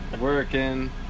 working